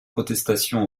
protestations